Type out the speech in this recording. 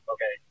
Okay